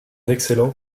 excellent